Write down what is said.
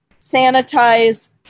sanitize